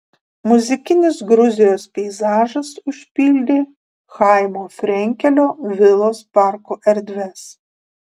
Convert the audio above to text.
muzikinis gruzijos peizažas užpildė chaimo frenkelio vilos parko erdves